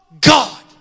God